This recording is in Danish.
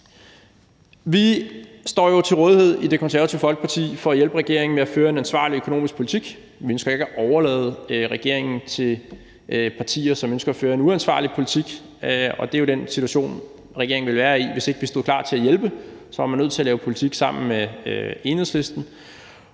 Vi står jo til rådighed i Det Konservative Folkeparti for at hjælpe regeringen med at føre en ansvarlig økonomisk politik. Vi ønsker ikke at overlade regeringen til partier, som ønsker at føre en uansvarlig politik, og det er jo den situation, regeringen ville være i, hvis ikke vi stod klar til at hjælpe; så var man nødt til at lave politik sammen med Enhedslisten,